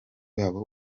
babo